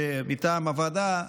מטעם הוועדה,